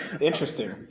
Interesting